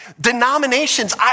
Denominations